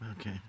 Okay